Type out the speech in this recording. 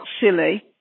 silly